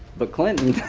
but clinton.